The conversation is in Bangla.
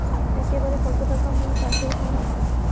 একবারে কত টাকা মুই পাঠের পাম?